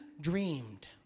dreamed